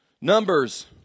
Numbers